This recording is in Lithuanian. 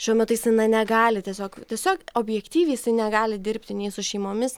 šiuo metu jisai na negali tiesiog tiesiog objektyviai jisai negali dirbti nei su šeimomis